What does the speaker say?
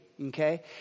okay